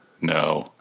No